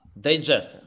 Digest